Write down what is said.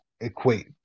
equate